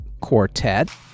Quartet